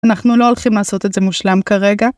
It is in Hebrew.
אנחנו לא הולכים לעשות את זה מושלם כרגע.